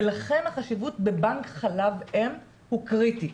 ולכן החשיבות בבנק חלב אם הוא קריטי.